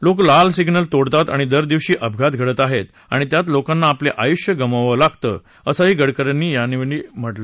लोक लाल सिम्नल तोडतात आणि दर दिवशी अपघात घडत आहेत आणि त्यात लोकांना आपले आयुष्य गमवावं लागत आहे असंही गडकरी यावेळी म्हणाले